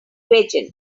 vegan